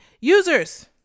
users